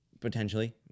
Potentially